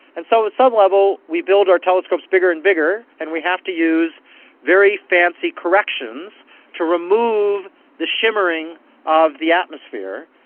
and so at some level we build our telescopes bigger and bigger and we have to use very fancy corrections to remove the shimmering of the atmosphere,